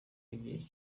igihe